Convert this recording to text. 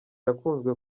yakunzwe